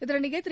இதனிடையே திரு